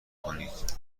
کنید